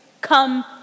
come